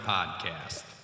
Podcast